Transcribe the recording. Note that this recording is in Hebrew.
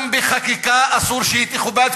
גם בחקיקה אסור שהיא תכובד,